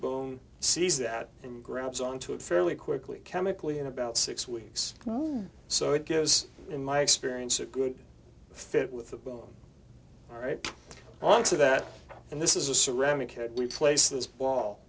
bone sees that and grabs onto it fairly quickly chemically in about six weeks so it goes in my experience a good fit with the bone right on to that and this is a ceramic we place this ball